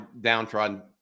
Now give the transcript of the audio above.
downtrodden